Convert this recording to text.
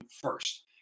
first